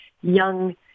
young